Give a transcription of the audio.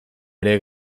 ere